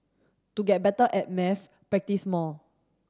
to get better at maths practise more